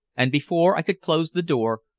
and before i could close the door,